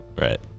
Right